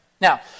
Now